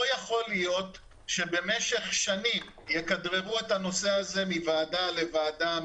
לא יכול להיות שבמשך שנים יכדררו את הנושא הזה מוועדה לוועדה,